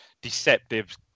deceptive